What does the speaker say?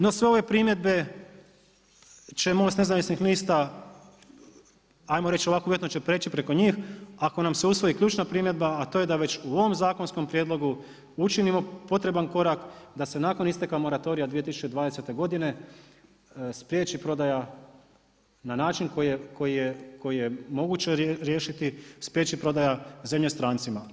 No sve ove primjedbe će MOST Nezavisnih lista, 'ajmo reći ovako uvjetno će preći preko njih, ako nam se usvoji ključna primjedba a to je da već u ovom zakonskom prijedlogu učinimo potreban korak da se nakon isteka moratorija 2020. godine spriječi prodaja na način koji je moguće riješiti, spriječi prodaja zemlje strancima.